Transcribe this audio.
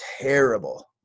terrible